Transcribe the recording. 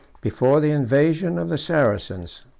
before the invasion of the saracens,